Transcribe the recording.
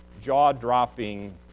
jaw-dropping